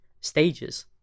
stages